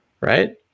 Right